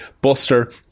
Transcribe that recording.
Buster